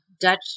Dutch